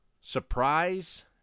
Surprise